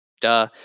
duh